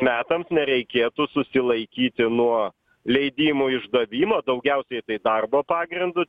metams nereikėtų susilaikyti nuo leidimų išdavimo daugiausiai tai darbo pagrindu